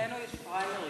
אצלנו יש פריימריז.